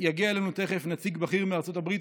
יגיע אלינו תכף נציג בכיר מארצות הברית,